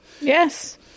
Yes